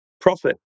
Profit